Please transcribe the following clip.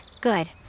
Good